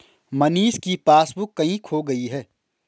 मनीष की पासबुक कहीं खो गई है